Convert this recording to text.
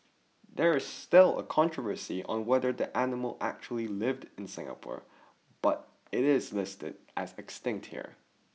there is still a controversy on whether the animal actually lived in Singapore but it is listed as extinct here